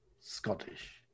Scottish